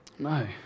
No